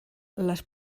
les